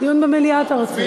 דיון במליאה אתה רוצה.